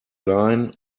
line